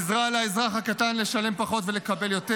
עזרה לאזרח הקטן לשלם פחות ולקבל יותר,